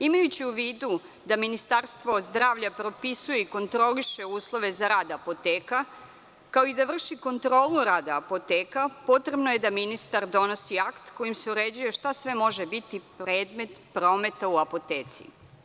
Imajući u vidu da Ministarstvo zdravlja propisuje i kontroliše uslove za rad apoteka, kao i da vrši kontrolu rada apoteka, potrebno je da ministar donosi akt kojim se uređuje šta sve može biti predmet prometa u apoteci.